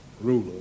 ruler